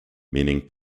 meaning